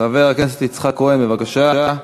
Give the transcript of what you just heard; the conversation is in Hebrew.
חבר הכנסת יצחק כהן, בבקשה.